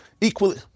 equally